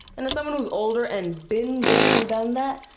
and to someone who's older and been there and done that,